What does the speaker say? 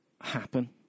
happen